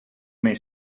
may